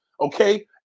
Okay